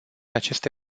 aceste